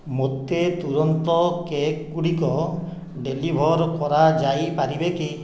ମୋତେ ତୁରନ୍ତ କେକ୍ଗୁଡ଼ିକ ଡେଲିଭର କରାଯାଇପାରିବେ କି